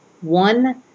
One